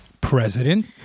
president